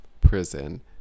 prison